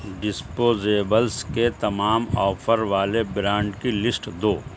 disposables کے تمام offer والے برانڈ کی لسٹ دو